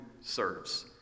serves